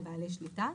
לבעלי שליטה.